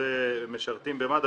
שזה משרתים במד"א,